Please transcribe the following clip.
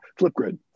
Flipgrid